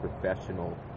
professional